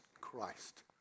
Christ